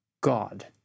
God